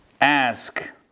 ask